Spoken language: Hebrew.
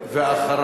תודה.